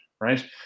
right